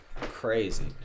crazy